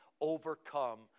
overcome